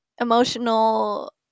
emotional